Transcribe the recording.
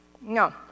No